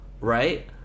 right